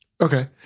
Okay